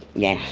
yeah,